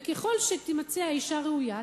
וככל שתימצא האשה הראויה,